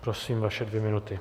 Prosím, vaše dvě minuty.